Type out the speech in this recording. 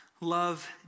Love